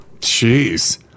Jeez